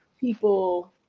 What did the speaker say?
people